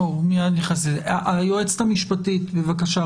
--- היועצת המשפטית, בבקשה.